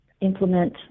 implement